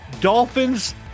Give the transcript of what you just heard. Dolphins